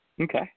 Okay